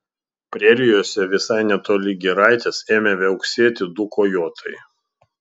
prerijose visai netoli giraitės ėmė viauksėti du kojotai